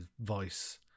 voice